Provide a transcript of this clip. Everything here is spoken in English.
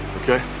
okay